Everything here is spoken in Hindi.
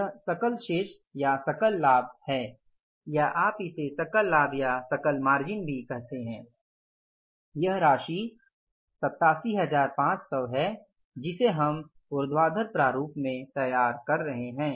यह सकल शेष या सकल लाभ है या आप इसे सकल लाभ या सकल मार्जिन भी कहते हैं यह राशि 87500 है जिसे हम ऊर्ध्वाधर प्रारूप में तैयार कर रहे हैं